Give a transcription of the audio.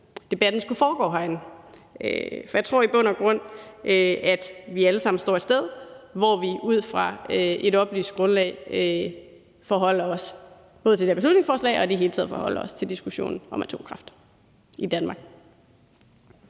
debatten skulle foregå herinde. For jeg tror i bund og grund, at vi alle sammen står et sted, hvor vi på et oplyst grundlag forholder os både til det her beslutningsforslag og i det hele taget til diskussionen om atomkraft i Danmark.